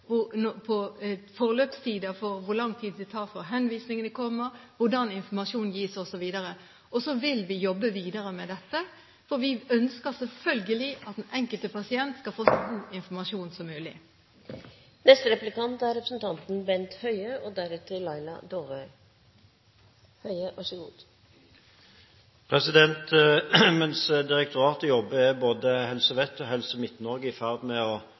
for hvor lang tid det tar fra henvisningene kommer, hvordan informasjonen gis osv. Og så vil vi jobbe videre med dette, for vi ønsker selvfølgelig at den enkelte pasient skal få så god informasjon som mulig. Mens direktoratet jobber, er både Helse Vest og Helse Midt-Norge i ferd med å innføre dette i sine helseregionale krav. Hva er begrunnelsen for at ikke Stortinget i